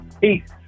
Peace